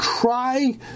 try